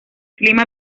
clima